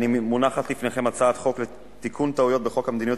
מונחת לפניכם הצעה לתיקון טעויות בחוק המדיניות